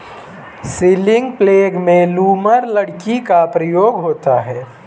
ceiling प्लेग में lumber लकड़ी का प्रयोग होता है